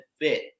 fit